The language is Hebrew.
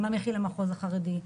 מה מכיל המחוז החרדי,